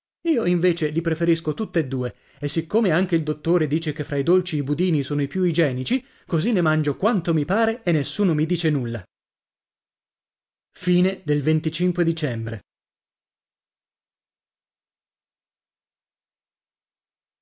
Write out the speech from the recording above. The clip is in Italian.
io invece li preferisco tutti e due e siccome anche il dottore dice che tra i dolci i budini sono i più igienici così ne mangio quanto mi pare e nessuno mi dice nulla dicembre